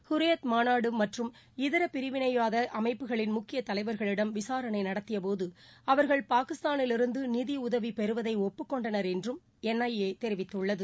ஹுரியத் மாநாடு மற்றும் இதர பிரிவினை வாத அமைப்புகளின் முக்கிய தலைவர்களிடம் விசாரணை நடத்தியபோது அவர்கள் பாகிஸ்தானிலிருந்து நிதியுதவி பெறுவதை ஒப்புக்கொண்டனர் என்றும் என் ஐ ஏ தெரிவித்துள்ளது